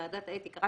ועדת האתיקה,